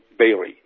Bailey